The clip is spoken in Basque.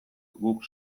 guk